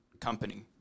company